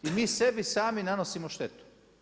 I mi sebi sami nanosimo štetu.